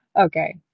okay